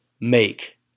make